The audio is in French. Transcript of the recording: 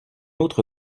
autre